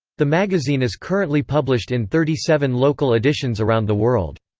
the magazine is currently published in thirty seven local editions around the world.